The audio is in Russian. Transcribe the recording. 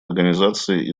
организации